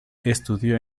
estudió